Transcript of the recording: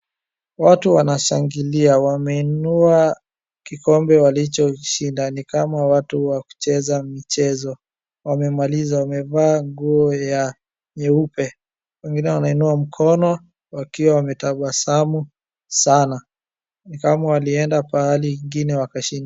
Watu wanashangilia wameinua kikombe walichoshinda, ni kama watu wa kucheza michezo wamemaliza, wamevaa nguo ya nyeupe, wengine wanainua mkono wakiwa wametabasamu sana ni kama walienda pahali ingine wakashinda.